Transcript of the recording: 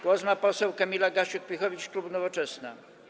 Głos ma poseł Kamila Gasiuk-Pihowicz, klub Nowoczesna.